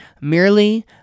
merely